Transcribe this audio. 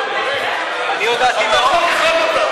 אני הודעתי מראש שאני נגד.